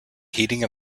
heating